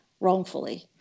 wrongfully